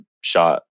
shot